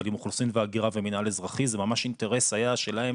אבל עם אוכלוסין והגירה ומינהל אזרחי זה ממש אינטרס היה שלהם,